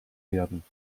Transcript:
werden